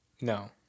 no